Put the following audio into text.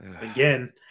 Again